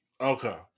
Okay